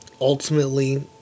ultimately